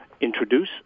introduce